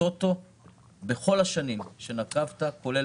הטוטו בכל השנים שנקבת, כולל